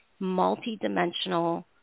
multidimensional